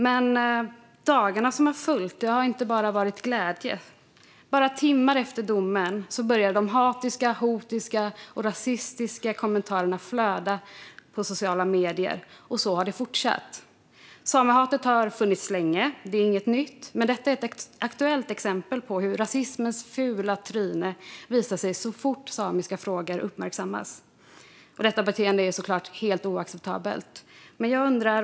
Men under dagarna som har följt efter detta har det inte bara varit glädje. Bara timmar efter domen började kommentarer med hat, hot och rasism att flöda på sociala medier. Och så har det fortsatt. Samehatet har funnits länge; det är inget nytt. Men detta är ett aktuellt exempel på hur rasismens fula tryne visar sig så fort samiska frågor uppmärksammas. Detta beteende är såklart helt oacceptabelt.